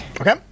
Okay